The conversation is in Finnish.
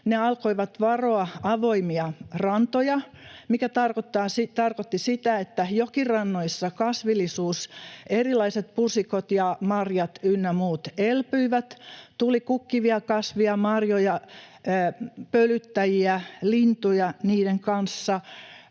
Ne alkoivat varoa avoimia rantoja, mikä tarkoitti sitä, että jokirannoissa kasvillisuus, erilaiset pusikot ja marjat ynnä muut elpyivät, tuli kukkivia kasveja, marjoja, pölyttäjiä, lintuja niiden kanssa.